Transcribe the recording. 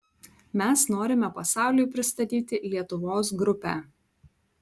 mes norime pasauliui pristatyti lietuvos grupę